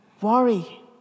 worry